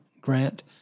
Grant